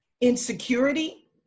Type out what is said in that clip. insecurity